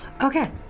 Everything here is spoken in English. Okay